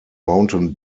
mountain